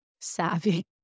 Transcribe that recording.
savvy